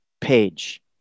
page